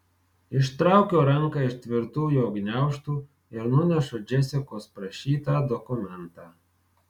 ištraukiu ranką iš tvirtų jo gniaužtų ir nunešu džesikos prašytą dokumentą